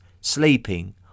sleeping